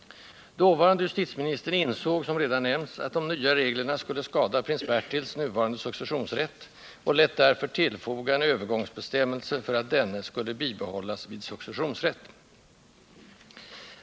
Dåvarande justitieministern insåg, som redan nämnts, att ”de nya reglerna” skulle skada prins Bertils nuvarande successionsrätt och lät därför tillfoga en övergångsbestämmelse för att denne skulle ”bibehållas vid successionsrätt”.